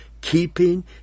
Keeping